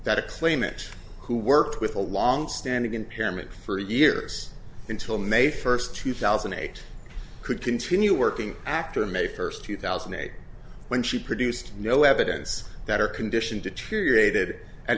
claimant who worked with a longstanding impairment for years until may first two thousand and eight could continue working actor may first two thousand and eight when she produced no evidence that her condition deteriorated at